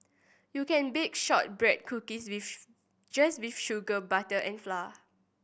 you can bake shortbread cookies just with sugar butter and flour